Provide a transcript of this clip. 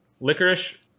Licorice